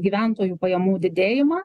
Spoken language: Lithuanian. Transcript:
gyventojų pajamų didėjimą